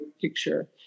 picture